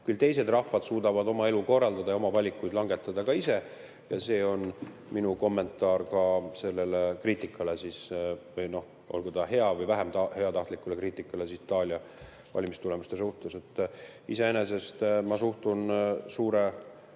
Küll teised rahvad suudavad oma elu korraldada ja oma valikuid langetada ka ise. See on minu kommentaar sellele kriitikale, olgu see hea[tahtlik] või vähem heatahtlik kriitika Itaalia valimistulemuste suhtes.